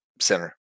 center